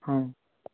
ହଁ